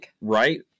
right